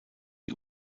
die